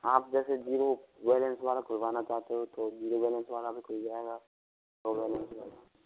हाँ आप जैसे जीरो बैलेंस वाला खुलवाना चाहते हो तो जीरो बैलेंस वाला भी खुल जाएगा और बैलेंस वाला भी